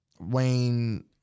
Wayne